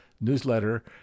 newsletter